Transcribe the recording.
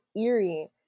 eerie